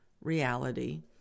reality